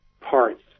parts